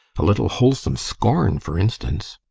a little wholesome scorn, for instance.